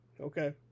okay